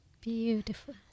Beautiful